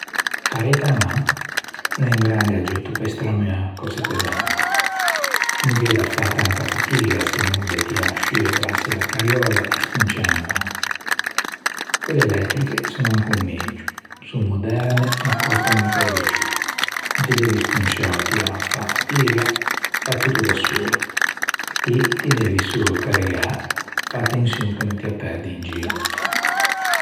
A carretta à man o l'é un grande aggiutto pe stramuâ cöse pesanti. No gh'é tanta fatiga se no de tiâ sciù e brasse da cariòlla e sponciâ in avanti. Quelle elettriche son ancon megio. Son moderne ma costan un pö de ciù. No ti devi tiâ, sponciâ ò fâ fatiga, fa tutto da sola e ti ti devi solo carregâ e fâ attençion che no ti â perdi in gio.